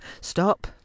stop